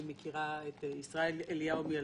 אני מכירה את ישראל אליהו מילדות.